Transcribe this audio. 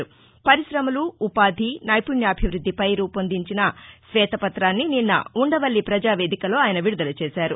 పరిశమలు ఉపాధి నైపుణ్యాభివృద్దిపై రూపొందించిన శ్వేతపత్రాన్ని నిన్న ఉండవల్లి ప్రజావేదికలో ఆయన విడుదల చేశారు